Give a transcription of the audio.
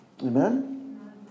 Amen